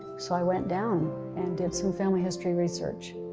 so i went down and did some family history research.